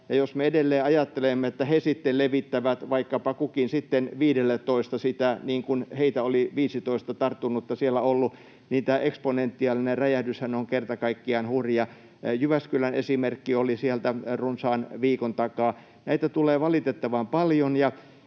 ajattelemme, että he sitten levittävät vaikkapa kukin 15:lle sitä, kun heitä oli 15 tarttunutta siellä ollut, niin tämä eksponentiaalinen räjähdyshän on kerta kaikkiaan hurja. Jyväskylän esimerkki oli runsaan viikon takaa. Näitä tulee valitettavan paljon.